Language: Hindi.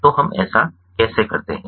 तो हम ऐसा कैसे करते है